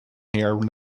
here